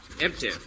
empty